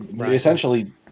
essentially